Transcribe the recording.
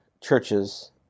churches